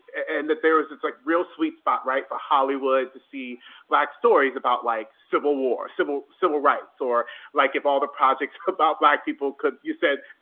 and that there was this like real sweet spot, right, for hollywood to see black stories about like civil war, civil civil rights, or like if all the projects about black people could, you said,